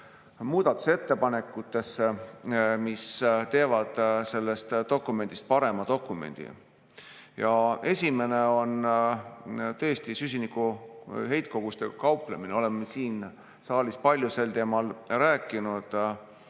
muudatusettepanekutesse, mis teevad sellest dokumendist parema dokumendi. Esimene on tõesti süsiniku heitkogustega kauplemine. Oleme siin saalis palju sel teemal rääkinud.